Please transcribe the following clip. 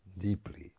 deeply